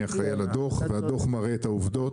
אני אחראי על הדוח והדוח מראה את העובדות,